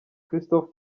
christophe